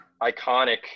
iconic